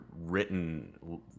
written